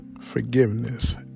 Forgiveness